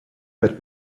but